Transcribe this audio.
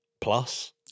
plus